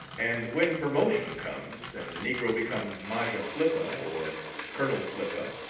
and when promotion comes, and the negro becomes majah flippah, or colonel flippah,